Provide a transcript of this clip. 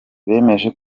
bemeje